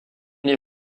les